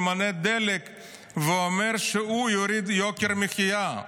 ממלא דלק ואומר שהוא יוריד את יוקר המחיה.